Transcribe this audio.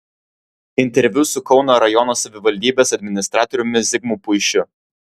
interviu su kauno rajono savivaldybės administratoriumi zigmu puišiu